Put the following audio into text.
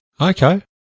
Okay